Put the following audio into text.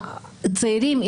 הצעירים,